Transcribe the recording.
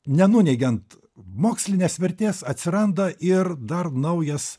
nenuneigiant mokslinės vertės atsiranda ir dar naujas